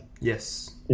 Yes